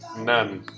none